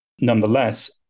Nonetheless